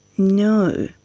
no.